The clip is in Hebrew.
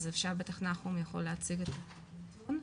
בטח נחום יכול להציג את הנתון.